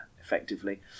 effectively